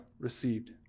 received